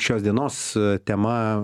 šios dienos tema